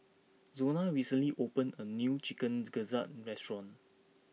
Zona recently opened a new Chicken Gizzard restaurant